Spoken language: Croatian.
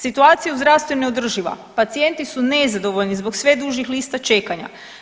Situacija u zdravstvu je neodrživa, pacijenti su nezadovoljni zbog sve dužih lista čekanja.